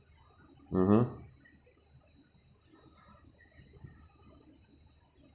(uh huh)